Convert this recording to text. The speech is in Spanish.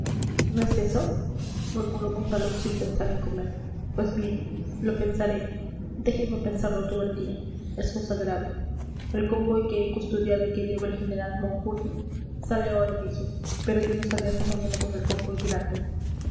no es eso murmuró monsalud sin pensar en comer pues bien lo pensaré déjenme pensarlo todo el día es cosa grave el convoy que he custodiado y que lleva el general maucune sale ahora mismo pero yo no saldré hasta mañana con el convoy grande